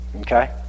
okay